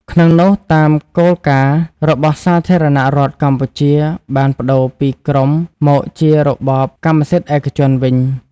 ក្នុងនោះតាមគោលការណ៍របស់សាធារណរដ្ឋកម្ពុជាបានប្តូរពីក្រុមមកជារបបកម្មសិទ្ធិឯកជនវិញ។